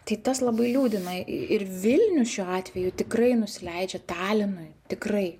tai tas labai liūdina ir vilnius šiuo atveju tikrai nusileidžia talinui tikrai